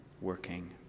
working